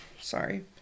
sorry